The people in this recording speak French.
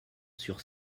sur